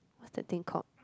what's the thing called